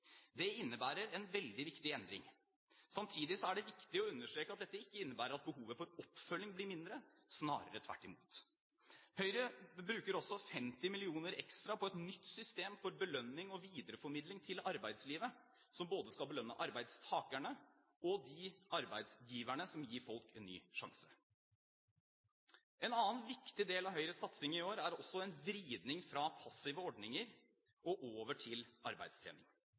Det innebærer en veldig viktig endring. Samtidig er det viktig å understreke at dette ikke innebærer at behovet for oppfølging blir mindre, snarere tvert imot. Høyre bruker også 50 mill. kr ekstra på et nytt system for belønning og videreformidling til arbeidslivet som både skal belønne arbeidstakerne og de arbeidsgiverne som gir folk en ny sjanse. En annen viktig del av Høyres satsing i år er også en vridning fra passive ordninger og over til arbeidstrening.